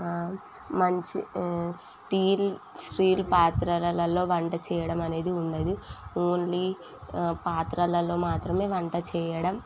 మంచి steel steel పాత్రలలో వంట చేయడం అనేది ఉండదు ఓన్లీ పాత్రలలో మాత్రమే వంట చేయడం